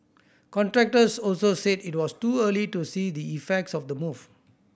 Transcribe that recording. contractors also said it was too early to see the effects of the move